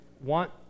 want